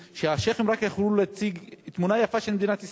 שהשיח'ים יכלו להציג תמונה יפה של מדינת ישראל,